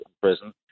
prison